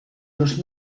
dos